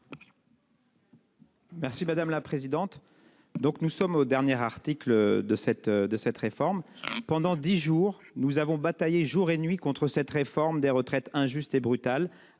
Merci madame la présidente. Donc nous sommes au dernier article de cette de cette réforme. Pendant 10 jours nous avons bataillé jour et nuit contre cette réforme des retraites injuste et brutale